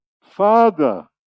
Father